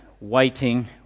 waiting